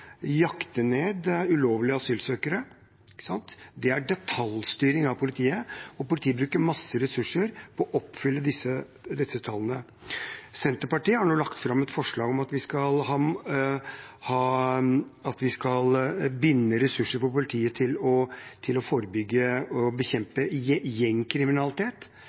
ned ulovlige asylsøkere. Det er detaljstyring av politiet, og politiet bruker masse ressurser på å oppnå disse tallene. Senterpartiet har nå lagt fram et forslag om at vi skal binde ressurser i politiet til å forebygge og bekjempe gjengkriminalitet,